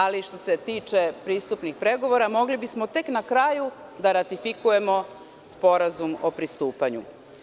Ali, što se tiče pristupnih pregovora, mogli bismo tek na kraju da ratifikujemo sporazum o pristupanju.